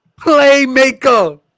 Playmaker